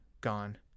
gone